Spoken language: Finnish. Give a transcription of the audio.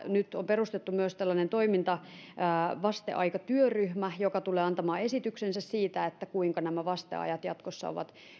nyt on perustettu myös tällainen toimintavasteaikatyöryhmä joka tulee antamaan esityksensä siitä kuinka vasteajat jatkossa ovat